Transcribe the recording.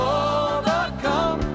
overcome